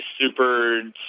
super